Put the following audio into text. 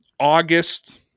August